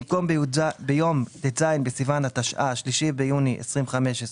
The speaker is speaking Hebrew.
במקום "ביום ט"ז בסיון התשע"ה (3 ביוני 2015)"